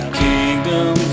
kingdom